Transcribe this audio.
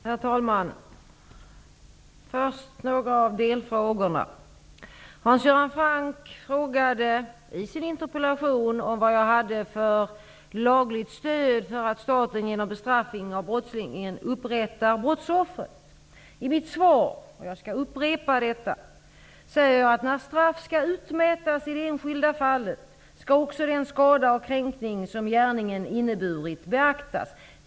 Herr talman! Först några av delfrågorna. Hans Göran Franck frågade i sin interpellation vad jag hade för lagligt stöd för att staten genom bestraffning av brottslingen upprättar brottsoffret. I mitt svar -- jag skall upprepa detta -- säger jag att när straff skall utmätas i det enskilda fallet skall också den skada och kränkning som gärningen inneburit beaktas.